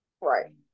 Right